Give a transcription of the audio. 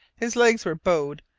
his legs were bowed,